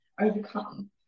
overcome